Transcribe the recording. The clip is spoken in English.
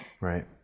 Right